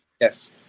yes